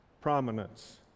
prominence